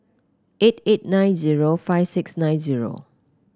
eight eight nine zero five six nine zero